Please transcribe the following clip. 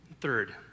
Third